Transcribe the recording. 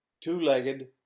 two-legged